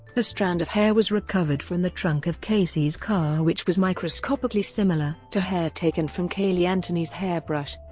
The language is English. a strand of hair was recovered from the trunk of casey's car which was microscopically similar to hair taken from caylee anthony's hairbrush.